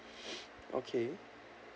okay